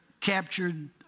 captured